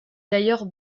d’ailleurs